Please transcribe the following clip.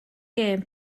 gêm